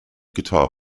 guitar